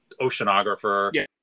oceanographer